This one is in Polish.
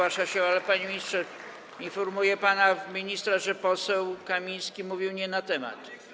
Ale panie ministrze, informuję pana ministra, że poseł Kamiński mówił nie na temat.